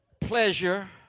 pleasure